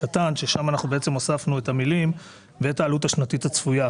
שם הוספנו את המילים: ואת העלות השנתית הצפויה,